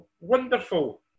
wonderful